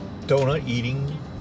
donut-eating